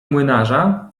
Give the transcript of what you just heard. młynarza